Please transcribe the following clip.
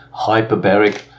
Hyperbaric